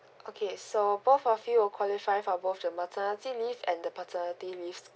okay so both of you will qualify for both the maternity leave and the paternity leave